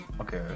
Okay